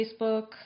Facebook